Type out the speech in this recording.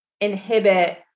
inhibit